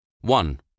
One